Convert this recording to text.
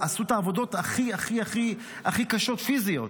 עשו את העבודות הכי הכי קשות פיזית.